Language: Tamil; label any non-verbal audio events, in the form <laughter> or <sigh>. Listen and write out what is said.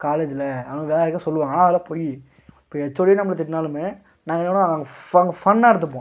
காலேஜில் <unintelligible> வேற எதுவும் சொல்லுவாங்க அதெல்லாம் போய்யி இப்போ ஹெச்ஓடியே நம்மளை திட்டினாலுமே நாங்கள் எல்லாம் ஃப ஃபன்னா எடுத்துப்போம்